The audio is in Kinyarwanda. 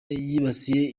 yibasiye